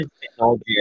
Technology